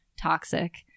toxic